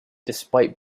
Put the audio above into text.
despite